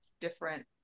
different